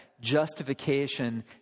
justification